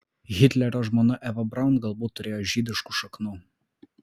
hitlerio žmona eva braun galbūt turėjo žydiškų šaknų